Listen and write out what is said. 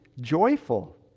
joyful